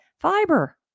Fiber